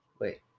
Wait